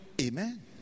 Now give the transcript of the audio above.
Amen